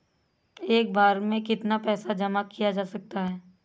एक बार में कितना पैसा जमा किया जा सकता है?